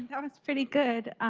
that was pretty good.